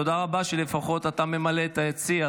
תודה רבה שלפחות אתה ממלא את היציע,